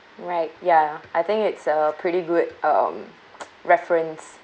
right ya I think it's a pretty good um reference